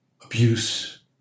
abuse